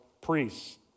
priests